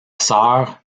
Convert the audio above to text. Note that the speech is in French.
sœur